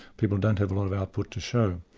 people don't have a lot of output to show.